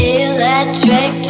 electric